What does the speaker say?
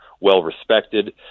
well-respected